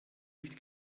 licht